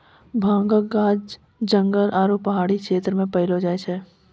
भांगक गाछ जंगल आरू पहाड़ी क्षेत्र मे पैलो जाय छै